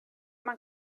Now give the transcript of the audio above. man